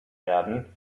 werden